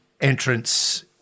entrance